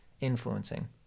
influencing